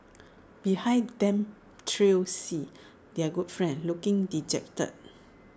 behind them trailed C their good friend looking dejected